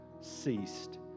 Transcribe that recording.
ceased